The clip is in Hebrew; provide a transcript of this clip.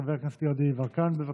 חבר הכנסת גדי יברקן, בבקשה.